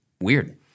weird